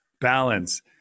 Balance